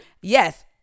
yes